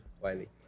Wiley